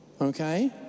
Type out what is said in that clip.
Okay